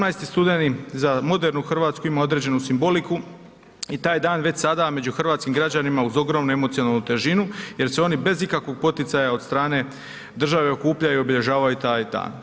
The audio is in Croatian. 18. studeni za modernu Hrvatsku ima određenu simboliku i taj dan već sada među hrvatskim građanima uz ogromnu emocionalnu težinu jer se oni bez ikakvog poticaja od strane države okupljaju i obilježavaju taj dan.